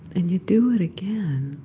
and you do it again.